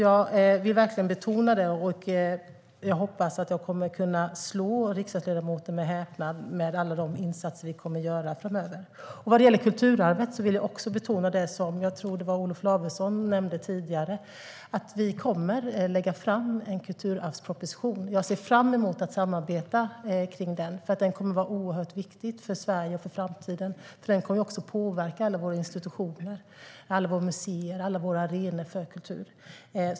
Jag vill verkligen betona det och hoppas att jag kommer att kunna slå riksdagsledamoten med häpnad med alla insatser som vi kommer att göra framöver. Vad gäller kulturarvet vill jag också betona det som jag tror Olof Lavesson nämnde tidigare: Vi kommer att lägga fram en kulturarvsproposition. Jag ser fram emot att samarbeta om den. Den kommer att vara oerhört viktig för Sverige och framtiden. Den kommer nämligen också att påverka alla våra institutioner, alla våra museer, alla våra arenor för kultur.